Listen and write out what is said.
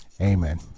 Amen